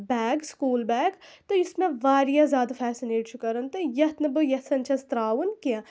bag school bag تہٕ یُس مےٚ واریاہ زیادٕ فیسِنیٹ چھُ کَران تہٕ یَتھ نہٕ بہٕ یَژھان چھَس ترٛاوُن کیٚنٛہہ